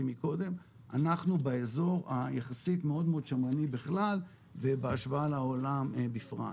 קודם אנחנו באיזור היחסית מאוד שמרני בכלל ובהשוואה לעולם בפרט.